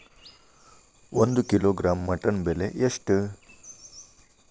ಒಂದು kilogram mutton ಬೆಲೆ ಎಷ್ಟ್?